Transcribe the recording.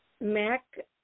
Mac